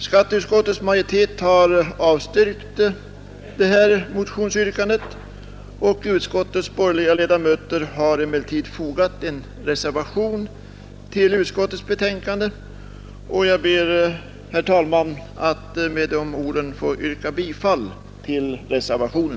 Skatteutskottets majoritet har avstyrkt motionsyrkandet, men utskottets borgerliga ledamöter har fogat en reservation till utskottets betänkande. Jag ber, herr talman, att med dessa ord få yrka bifall till reservationen.